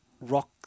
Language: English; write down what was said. rock